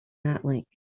natlink